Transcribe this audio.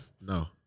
No